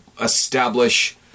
establish